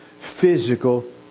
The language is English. physical